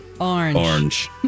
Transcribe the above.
Orange